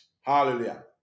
Hallelujah